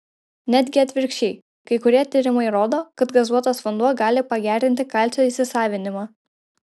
netgi atvirkščiai kai kurie tyrimai rodo kad gazuotas vanduo gali pagerinti kalcio įsisavinimą